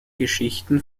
geschichten